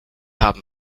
haben